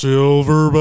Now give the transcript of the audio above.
Silver